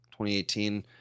2018